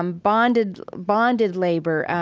um bonded bonded labor.